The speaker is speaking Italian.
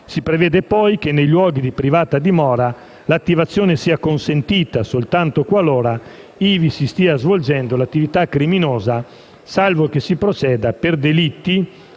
Si prevede poi che nei luoghi di privata dimora l'attivazione sia consentita soltanto qualora ivi si stia svolgendo l'attività criminosa, salvo che si proceda per delitti